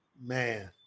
Man